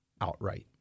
outright